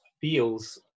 feels